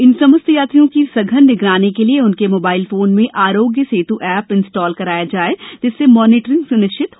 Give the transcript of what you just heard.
इन समस्त यात्रियों की सघन निगरानी के लिये उनके मोबाइल फ़ोन में आरोग्य सेतु ऍप इंस्टॉल कराया जाए जिससे मॉनिटरिंग सुनिश्चित हो सके